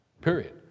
Period